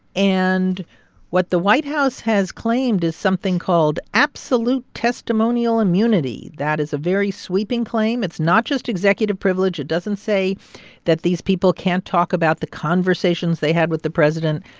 and what the white house has claimed is something called absolute testimonial immunity. that is a very sweeping claim. it's not just executive privilege. it doesn't say that these people can't talk about the conversations they had with the president.